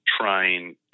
trying